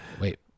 Wait